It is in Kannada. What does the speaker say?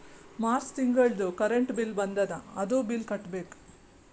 ಮಾರ್ಚ್ ತಿಂಗಳದೂ ಕರೆಂಟ್ ಬಿಲ್ ಬಂದದ, ಅದೂ ಬಿಲ್ ಕಟ್ಟಬೇಕ್